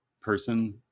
person